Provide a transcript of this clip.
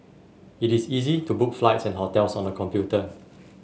it is easy to book flights and hotels on the computer